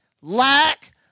lack